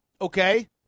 okay